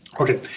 Okay